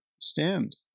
stand